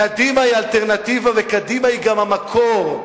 קדימה היא אלטרנטיבה והיא גם המקור,